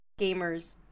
gamers